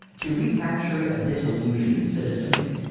to recapture a disillusioned citizenry.